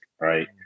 right